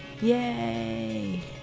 yay